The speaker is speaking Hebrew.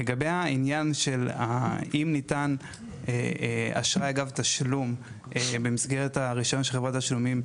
לגבי העניין שאם ניתן אשראי אגב תשלום במסגרת הרישיון של חברת תשלומים,